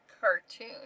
cartoon